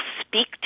speak